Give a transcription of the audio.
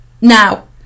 now